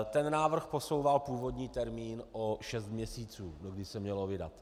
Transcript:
Ten návrh posouval původní termín o šest měsíců, dokdy se mělo vydat.